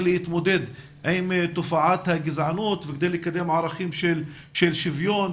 להתמודד עם תופעת הגזענות וכדי לקדם ערכים של שוויון,